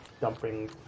dumping